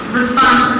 response